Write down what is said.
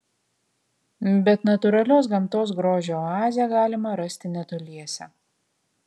bet natūralios gamtos grožio oazę galima rasti netoliese